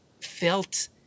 felt